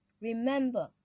remember